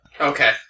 Okay